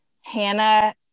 Hannah